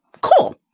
Cool